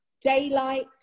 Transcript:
Daylight